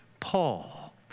Paul